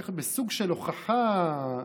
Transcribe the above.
בסוג של הוכחה,